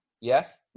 Yes